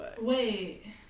wait